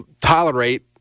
tolerate